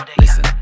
Listen